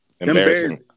Embarrassing